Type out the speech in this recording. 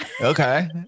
Okay